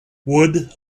wood